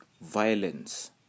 violence